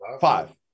Five